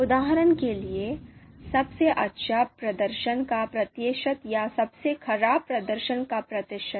उदाहरण के लिए सबसे अच्छे प्रदर्शन का प्रतिशत या सबसे खराब प्रदर्शन का प्रतिशत